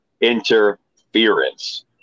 interference